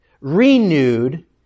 renewed